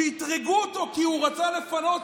שאתרגו אותו כי הוא רצה לפנות.